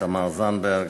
תמר זנדברג,